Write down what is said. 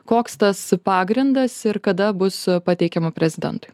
koks tas pagrindas ir kada bus pateikiama prezidentui